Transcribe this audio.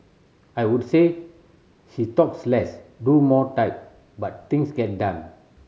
I would say she talks less do more type but things get done